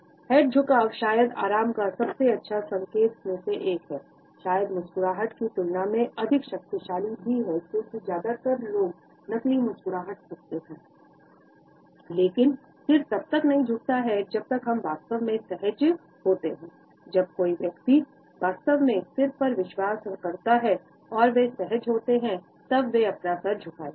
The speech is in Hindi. हेड झुकाव शायद आराम का सबसे अच्छे संकेतक में से एक है शायद मुस्कुराहट की तुलना में अधिक शक्तिशाली भी है क्योंकि ज्यादातर लोग नकली मुस्कुरा सकते हैं लेकिन सिर हम तभी झुकाते हैं जब हम वास्तव में सहज होते जब कोई वास्तव में हम पर विश्वास करता है और वे सहज होते हैं तब वे अपना सिर झुकाएंगे